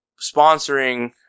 sponsoring